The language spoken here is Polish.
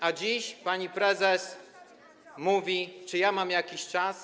A dziś pani prezes mówi: Czy ja mam jakiś czas?